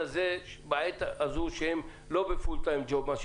בעת הזו כשהם לא בפול טיים ג'וב.